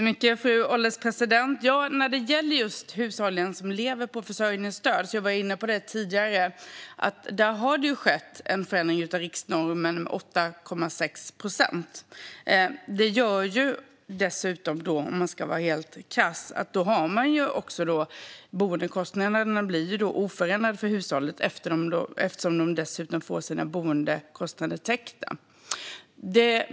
Fru ålderspresident! Jag tog tidigare upp att det för hushåll som lever på försörjningsstöd har skett en förändring av riksnormen med 8,6 procent. Boendekostnaderna blir då oförändrade för hushållet eftersom kostnaderna täcks.